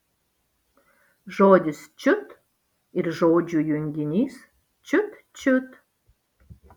žodis čiut ir žodžių junginys čiut čiut